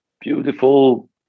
beautiful